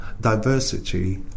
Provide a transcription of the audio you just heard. diversity